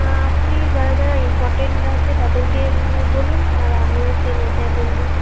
আপনি যারা যারা ইম্পর্ট্যান্ট আছে তাদেরকে বলুন আর আমিও সেম ওটাই বলব